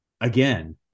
again